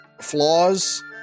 flaws